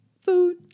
food